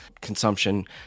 consumption